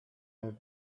have